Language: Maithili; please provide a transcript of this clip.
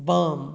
बाम